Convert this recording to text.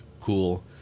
cool